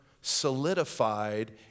solidified